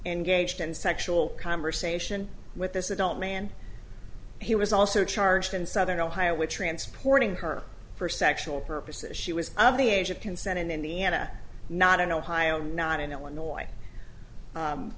and gauged in sexual conversation with this it don't mean he was also charged in southern ohio which transporting her for sexual purposes she was of the age of consent in indiana not in ohio not in illinois